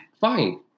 fine